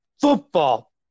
football